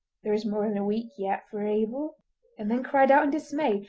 there is more than a week yet for abel and then cried out in dismay,